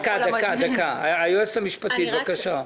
היועצת המשפטית, בבקשה.